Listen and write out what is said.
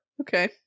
okay